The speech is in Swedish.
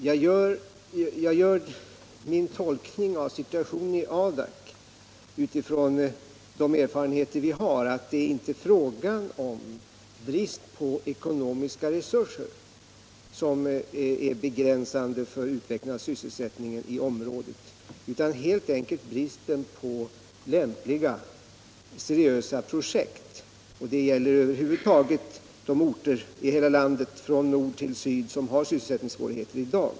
Jag gör min tolkning av situationen i Adak utifrån de erfarenheter vi har, nämligen att det inte är brist på ekonomiska resurser som är begränsande för utvecklingen av sysselsättningen i området, utan helt enkelt bristen på lämpliga seriösa projekt. Det gäller över huvud taget de orter i hela landet från nord till syd som i dag har sysselsättningssvårigheter.